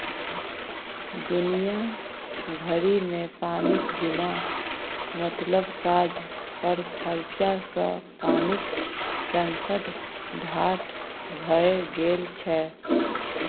दुनिया भरिमे पानिक बिना मतलब काज पर खरचा सँ पानिक संकट ठाढ़ भए गेल छै